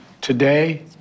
Today